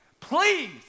Please